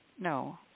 No